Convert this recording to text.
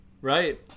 Right